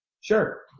Sure